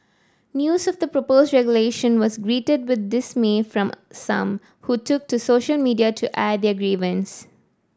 news of the proposed regulation was greeted with dismay from some who took to social media to air their grievances